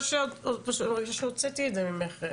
אני מרגישה שהוצאתי את זה ממך.